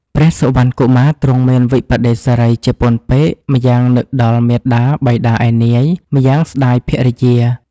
ព្រះសុវណ្ណកុមារទ្រង់មានវិប្បដិសារៈជាពន់ពេក ម្យ៉ាងនឹកដល់មាតាបិតាឯនាយ ម្យ៉ាងស្តាយភរិយា។